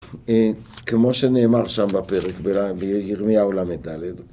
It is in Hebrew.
כמו שנאמר שם בפרק, בירמיהו ל"ד